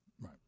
Right